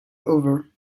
over